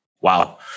Wow